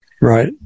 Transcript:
Right